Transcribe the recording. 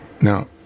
Now